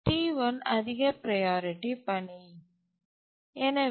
T1 அதிக priority பணி